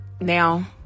now